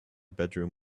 bedroom